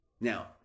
Now